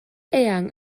eang